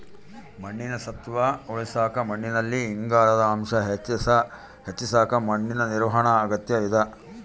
ಮಣ್ಣಿನ ಸತ್ವ ಉಳಸಾಕ ಮಣ್ಣಿನಲ್ಲಿ ಇಂಗಾಲದ ಅಂಶ ಹೆಚ್ಚಿಸಕ ಮಣ್ಣಿನ ನಿರ್ವಹಣಾ ಅಗತ್ಯ ಇದ